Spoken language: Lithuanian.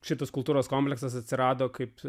šitas kultūros komplektas atsirado kaip